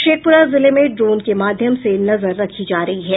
शेखपुरा जिले में ड्रोन के माध्यम से नजर रखी जा रही है